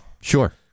Sure